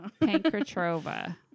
Pankratova